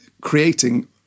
creating